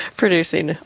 producing